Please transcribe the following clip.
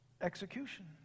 execution